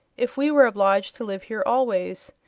if we were obliged to live here always.